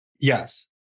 Yes